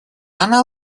она